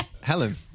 Helen